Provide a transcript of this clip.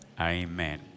amen